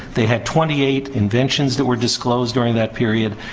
they had twenty eight inventions that were disclosed during that period.